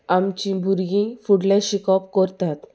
आमचीं भुरगीं फुडलें शिकोवप करतात